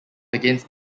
against